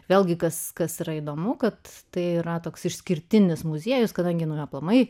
vėlgi kas kas yra įdomu kad tai yra toks išskirtinis muziejus kadangi nuo jo aplamai